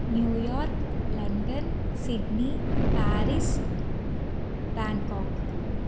New York London Sydney Paris Bangkok